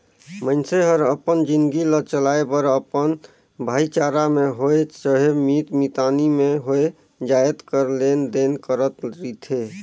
मइनसे हर अपन जिनगी ल चलाए बर अपन भाईचारा में होए चहे मीत मितानी में होए जाएत कर लेन देन करत रिथे